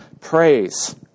Praise